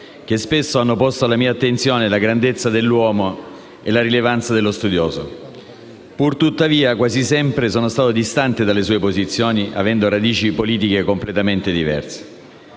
che spesso hanno posto alla mia attenzione la grandezza dell'uomo e la rilevanza dello studioso e, anche se quasi sempre sono stato distante dalle sue posizioni, avendo radici politiche completamente diverse,